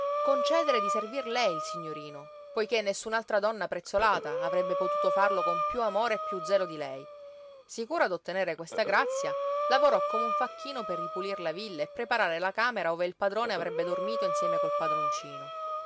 concedere di servir lei il signorino poiché nessun'altra donna prezzolata avrebbe potuto farlo con piú amore e con piú zelo di lei sicura d'ottenere questa grazia lavorò come un facchino per ripulir la villa e preparare la camera ove il padrone avrebbe dormito insieme col padroncino